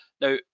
Now